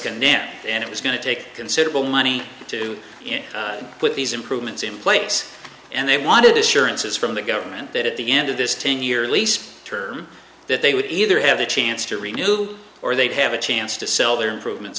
in and it was going to take considerable money to put these improvements in place and they wanted assurances from the government that at the end of this ten year lease term that they would either have a chance to renew or they'd have a chance to sell their improvements